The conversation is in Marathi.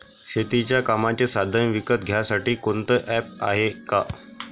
शेतीच्या कामाचे साधनं विकत घ्यासाठी कोनतं ॲप हाये का?